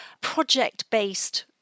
project-based